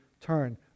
turn